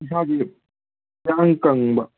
ꯏꯁꯥꯁꯤ ꯏꯌꯥꯡ ꯀꯪꯕ